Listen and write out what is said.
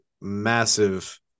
massive